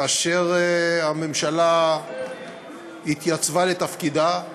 כאשר הממשלה התייצבה לתפקידה,